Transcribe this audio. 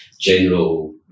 general